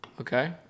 okay